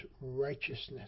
righteousness